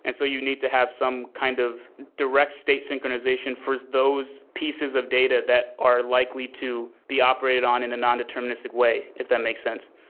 and so you need to have some kind of direct state synchronization for those pieces of data that are likely to be operated on in a nondeterministic way, if that makes sense.